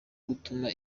gutuma